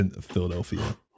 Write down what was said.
Philadelphia